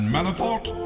Manafort